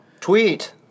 Tweet